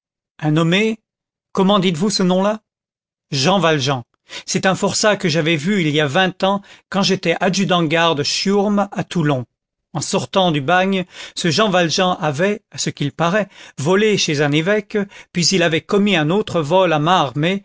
un nommé comment dites-vous ce nom-là jean valjean c'est un forçat que j'avais vu il y a vingt ans quand j'étais adjudant garde chiourme à toulon en sortant du bagne ce jean valjean avait à ce qu'il paraît volé chez un évêque puis il avait commis un autre vol à main armée